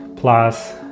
plus